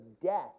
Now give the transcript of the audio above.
death